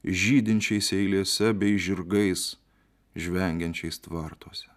žydinčiais eilėse bei žirgais žvengiančiais tvartuose